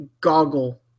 goggle